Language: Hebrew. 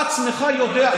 אתה עצמך יודע.